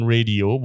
Radio